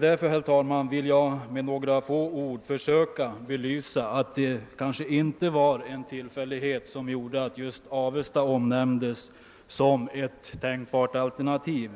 Därför, herr talman, vill jag helt kort försöka belysa att det kan ske inte var någon tillfällighet som gjorde att just Avesta nämndes såsom ett tänkbart alternativ.